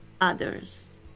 others